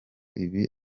ibi